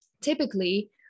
typically